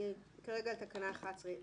אני כרגע בתקנה 11,